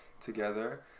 together